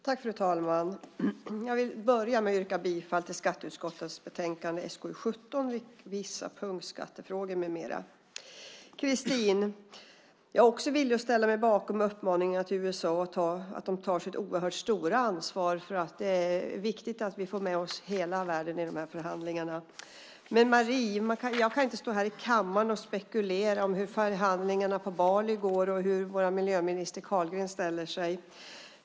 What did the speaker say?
Fru talman! Jag vill börja med att yrka bifall till skatteutskottets betänkande SkU17 Vissa punktskattefrågor m.m. Christin! Jag är också villig att ställa mig bakom uppmaningen till USA att ta sitt oerhört stora ansvar. Det är viktigt att vi får med oss hela världen i de här förhandlingarna. Marie! Jag kan inte stå här i kammaren och spekulera om hur förhandlingarna på Bali går och hur vår miljöminister Carlgren ställer sig.